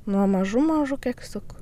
nuo mažų mažų keksiukų